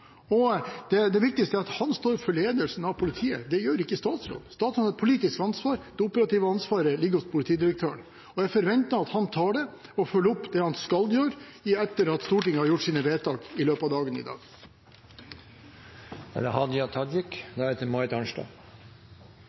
tydeligere, og det viktigste er at han står for ledelsen av politiet – det gjør ikke statsråden. Statsråden har et politisk ansvar, det operative ansvaret ligger hos politidirektøren, og jeg forventer at han tar det og følger opp det han skal gjøre, etter at Stortinget har gjort sine vedtak i løpet av dagen i dag.